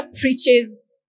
preaches